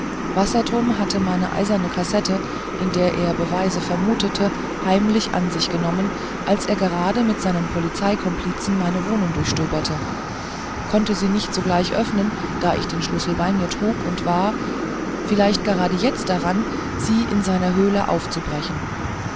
sein wassertrum hatte meine eiserne kassette in der er beweise vermutete heimlich an sich genommen als er gerade mit seinen polizeikomplizen meine wohnung durchstöberte konnte sie nicht sogleich öffnen da ich den schlüssel bei mir trug und war vielleicht gerade jetzt daran sie in seiner höhle aufzubrechen